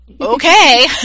Okay